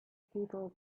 people